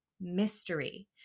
mystery